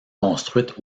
construites